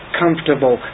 comfortable